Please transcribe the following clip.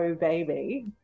Baby